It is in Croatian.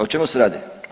O čemu se radi?